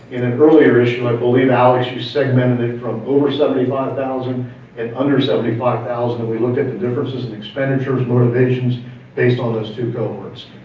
in an earlier issue i believe alex who segmented it from, boomer seventy five thousand and under seventy five thousand and we looked at the differences in expenditures, motivations based on those two cohorts.